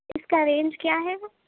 اِس کا رینج کیا ہے